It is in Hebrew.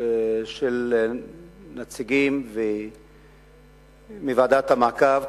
של נציגים מוועדת המעקב,